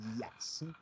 yes